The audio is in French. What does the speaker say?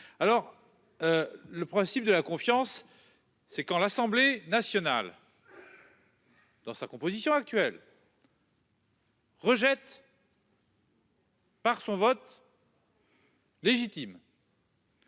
alors. Le principe de la confiance c'est quand l'Assemblée nationale. Dans sa composition actuelle. Rejette. Légitime.